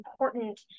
important